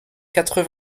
quatre